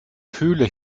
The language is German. höhle